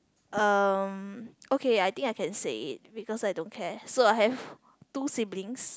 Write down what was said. um okay I think I can say it because I don't care so I have two siblings